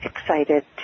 excited